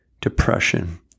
depression